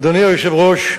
אדוני היושב-ראש,